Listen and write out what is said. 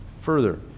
further